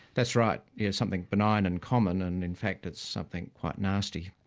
that's right, yes, something benign and common, and in fact it's something quite nasty.